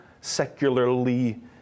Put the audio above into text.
Secularly